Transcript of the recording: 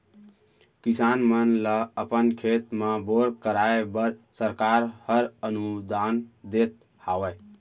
किसान मन ल अपन खेत म बोर कराए बर सरकार हर अनुदान देत हावय